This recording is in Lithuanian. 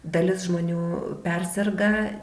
dalis žmonių perserga